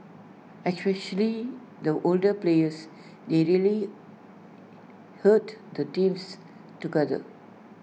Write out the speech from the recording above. especially the older players they really held the teams together